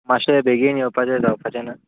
मातशे बेगीन येवपाचे जावपाचे ना